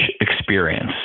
experience